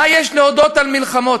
מה יש להודות על מלחמות?